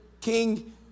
king